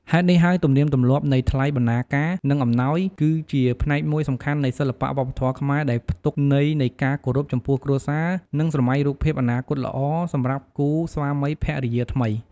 ហេតុនេះហើយទំនៀមទំលាប់នៃថ្លៃបណ្ណាការ និងអំណោយ គឺជាផ្នែកមួយសំខាន់នៃសិល្បៈវប្បធម៌ខ្មែរ ដែលផ្ទុកន័យនៃការគោរពចំពោះគ្រួសារ និងស្រមៃរូបភាពអនាគតល្អសម្រាប់គូស្វាមីភរិយាថ្មី។